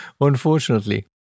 unfortunately